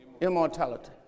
immortality